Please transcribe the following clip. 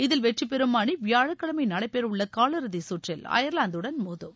இதில் வெற்றிபெறும் அணி வியாழக்கிழமை நடைபெறவுள்ள காலிறுதிச் சுற்றில் அயர்லாந்துடன் மோதும்